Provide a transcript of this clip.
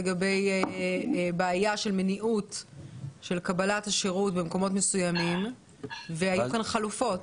לגבי בעיה של מניעות קבלת השירות במקומות מסוימים והיו כאן חלופות.